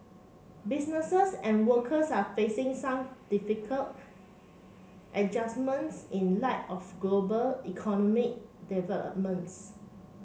businesses and workers are facing some difficult adjustments in light of global economic developments